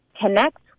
connect